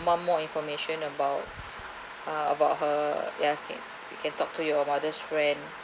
mum more information about ah about her ya can you can talk to your mother's friend